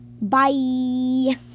Bye